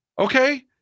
Okay